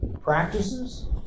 practices